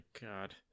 god